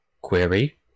query